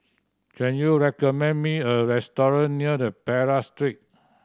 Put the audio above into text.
can you recommend me a restaurant near the Perak Street